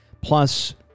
Plus